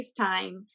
FaceTime